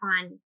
on